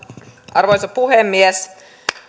arvoisa puhemies